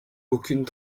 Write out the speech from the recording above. aucune